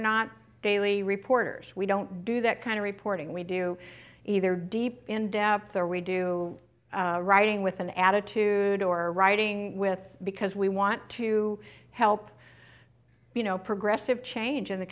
not daily reporters we don't do that kind of reporting we do either deep in depth or we do writing with an attitude or writing with because we want to help you know progressive change in the